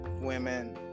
women